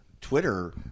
Twitter